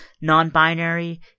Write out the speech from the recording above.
non-binary